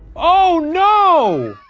oh no!